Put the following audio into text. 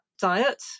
diet